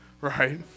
right